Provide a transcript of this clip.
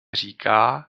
říká